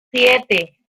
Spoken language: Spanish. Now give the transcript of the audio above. siete